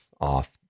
off